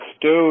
Dude